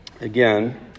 again